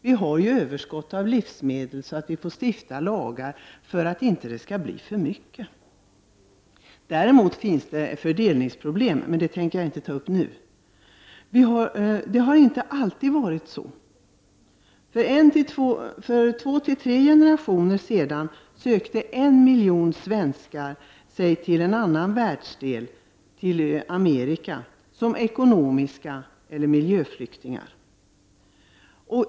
Vi har överskott av livsmedel och måste stifta lagar för att det inte skall bli för mycket. Däremot finns det fördelningsproblem, men dessa tänkte jag inte ta upp nu. Det har inte alltid varit så. För två till tre generationer sedan sökte sig en miljon svenskar till en annan världsdel, till Amerika, som ekonomiska flyktingar eller miljöflyktingar.